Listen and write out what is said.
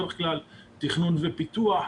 תכנון ופיתוח,